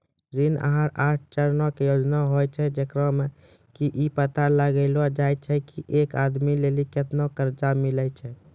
ऋण आहार आठ चरणो के योजना होय छै, जेकरा मे कि इ पता लगैलो जाय छै की एक आदमी लेली केतना कर्जा मिलै छै